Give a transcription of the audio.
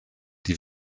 die